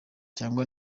cyangwa